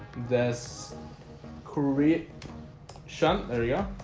this curry shunt. there yeah